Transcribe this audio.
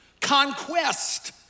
conquest